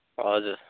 हजुर